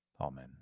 Amen